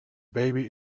baby